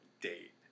date